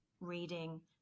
reading